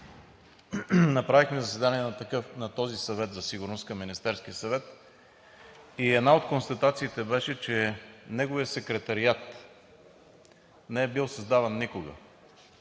направихме заседание на този Съвет за сигурност към Министерския съвет и една от констатациите беше, че неговият Секретариат не е бил създаван никога,